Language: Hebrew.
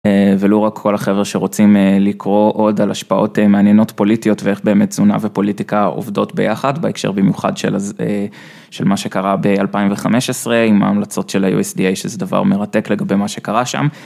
ולא רק כל החבר'ה שרוצים לקרוא עוד על השפעות מעניינות פוליטיות ואיך באמת תזונה ופוליטיקה עובדות ביחד בהקשר במיוחד של מה שקרה ב-2015 עם ההמלצות של ה-USDA שזה דבר מרתק לגבי מה שקרה שם.